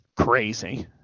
crazy